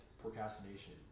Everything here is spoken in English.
procrastination